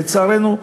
לצערנו,